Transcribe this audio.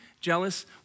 jealous